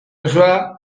osoa